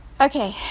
okay